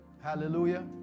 Hallelujah